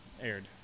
aired